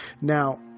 Now